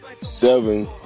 Seven